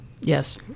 Yes